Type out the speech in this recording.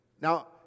Now